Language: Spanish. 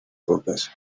rocas